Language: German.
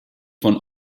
von